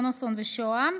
מונוסון ושוהם,